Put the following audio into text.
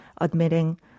admitting